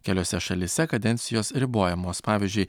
keliose šalyse kadencijos ribojamos pavyzdžiui